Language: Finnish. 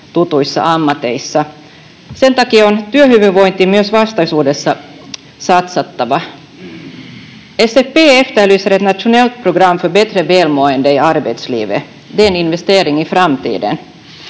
tutuissa ammateissa. Sen takia on työhyvinvointiin myös vastaisuudessa satsattava. SFP efterlyser ett nationellt program för bättre välmående i arbetslivet. Det är en investering i framtiden.